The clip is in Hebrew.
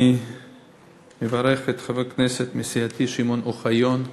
אני מברך את חבר הכנסת מסיעתי שמעון אוחיון,